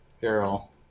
Girl